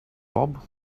bob